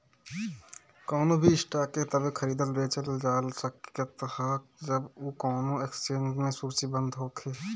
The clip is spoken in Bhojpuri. कवनो भी स्टॉक के तबे खरीदल बेचल जा सकत ह जब उ कवनो एक्सचेंज में सूचीबद्ध होखे